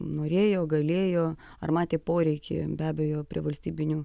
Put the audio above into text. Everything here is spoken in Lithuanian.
norėjo galėjo ar matė poreikį be abejo prie valstybinių